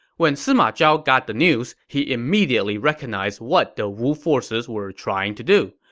when sima zhao got the news, he immediately recognized what the wu forces were trying to do.